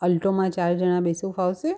અલ્ટોમાં ચાર જણા બેસવું ફાવશે